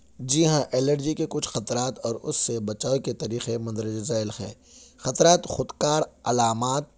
جی ہاں الرجی کے کچھ خطرات اور اس سے بچاؤ کے طریقے مندرجہ ذیل ہیں خطرات خود کار علامات